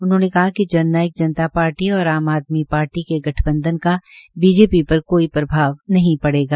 उन्होंने कहा कि जन नायक जनता पार्टी और आम आदमी के गठबंधन का बीजेपी पर कोई प्रभाव नहीं पड़ेगा